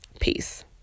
Peace